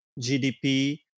GDP